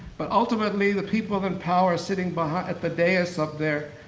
but ultimately the people in power are sitting but at the dais up there,